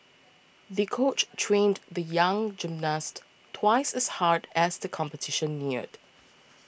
the coach trained the young gymnast twice as hard as the competition neared